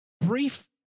brief